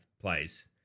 place